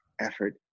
effort